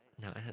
No